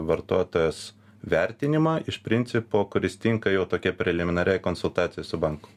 vartotojas vertinimą iš principo kuris tinka jau tokiai preliminariai konsultacijai su banku